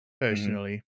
Personally